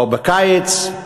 או בקיץ,